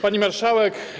Pani Marszałek!